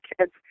kids